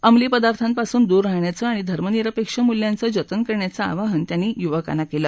अंमली पदार्थापासून दूर राहाण्याचं आणि धर्मनिरपेक्ष मूल्यांच जतन करण्याच आवाहन त्यांनी युवकांना केलं